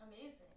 Amazing